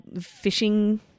fishing